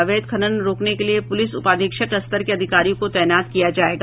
अवैध खनन रोकने के लिए पुलिस उपाधीक्षक स्तर के अधिकारियों को तैनात किया जायेगा